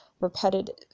repetitive